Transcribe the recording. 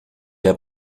der